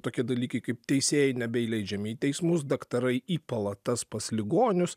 tokie dalykai kaip teisėjai nebeįleidžiami į teismus daktarai į palatas pas ligonius